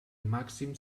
màxim